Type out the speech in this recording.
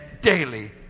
daily